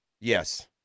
Yes